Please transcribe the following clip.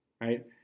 right